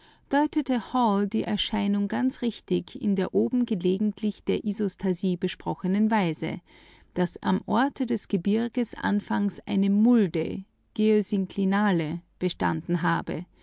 die erscheinung ganz richtig in der schon oben besprochenen weise daß am orte des gebirges anfangs eine mulde geosynklinale bestanden habe